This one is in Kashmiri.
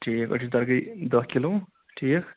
ٹھیٖک أڑجہِ دار گٔیے دہ کلوٗ ٹھیٖک